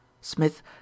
Smith